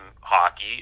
hockey